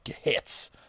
hits